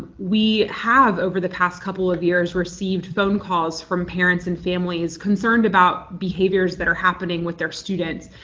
we have over the past couple of years received phone calls from parents and families concerned about behaviors that are happening with their students,